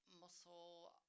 Muscle